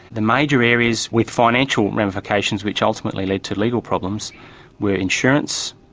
the major areas with financial ramifications which ultimately lead to legal problems were insurance,